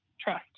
trust